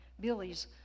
Billy's